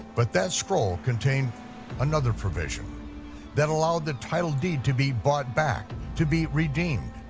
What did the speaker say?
but that scroll contained another provision that allowed the title deed to be bought back, to be redeemed.